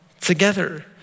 together